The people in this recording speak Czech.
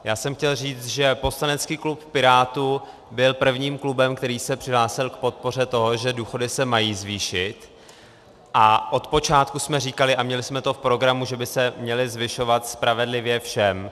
Já jsem chtěl říct, že poslanecký klub Pirátů byl prvním klubem, který se přihlásil k podpoře toho, že důchody se mají zvýšit, a od počátku jsme říkali a měli jsme to v programu, že by se měly zvyšovat spravedlivě všem.